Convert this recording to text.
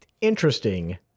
interesting